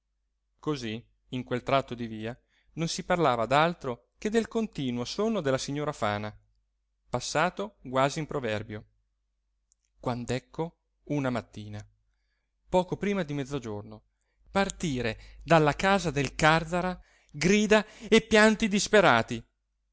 così in quel tratto di via non si parlava d'altro che del continuo sonno della signora fana passato quasi in proverbio quand'ecco una mattina poco prima di mezzogiorno partire dalla casa del càrzara grida e pianti disperati